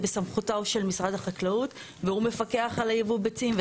זה בסמכותו של משרד החקלאות והוא מפקח על ייבוא ביצים.